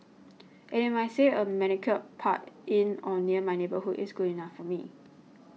and they might say a manicured park in or near my neighbourhood is good enough for me